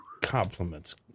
compliments